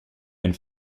and